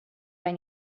hij